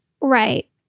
Right